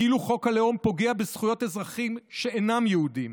כאילו חוק הלאום פוגע בזכויות אזרחים שאינם יהודים.